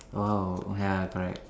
oh ya correct